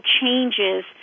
changes